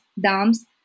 dams